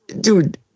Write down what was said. dude